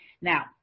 Now